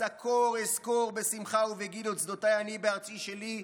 סקור אסקור בשמחה ובגיל את שדותי אני בארצי אני.